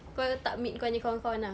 kau tak meet kau punya kawan kawan ah